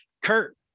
Kurt